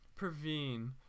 Praveen